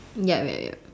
yup yup yup